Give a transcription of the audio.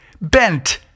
bent